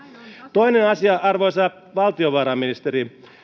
toinen asia arvoisa valtiovarainministeri